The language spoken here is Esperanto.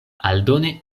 aldone